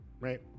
right